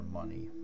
money